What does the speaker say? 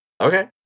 Okay